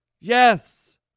yes